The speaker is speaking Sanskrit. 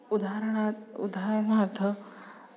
उदाहरणं उदाहरणार्थं